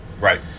Right